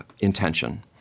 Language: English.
intention